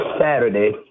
Saturday